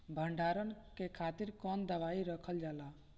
भंडारन के खातीर कौन दवाई रखल जाला?